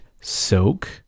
soak